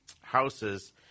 houses